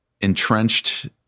entrenched